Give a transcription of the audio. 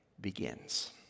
begins